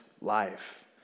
life